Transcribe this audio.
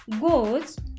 goes